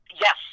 Yes